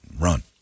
run